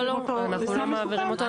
אנחנו לא מעבירים אותו.